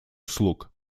услуг